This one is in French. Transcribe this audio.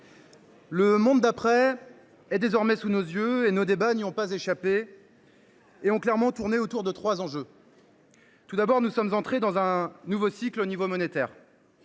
« monde d’après » est désormais sous nos yeux. Nos débats n’y ont pas échappé ; ils ont clairement tourné autour de trois enjeux. Tout d’abord, nous sommes entrés dans un nouveau cycle au niveau monétaire.